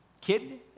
kid